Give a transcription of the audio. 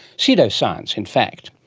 pseudoscience, in fact.